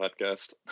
podcast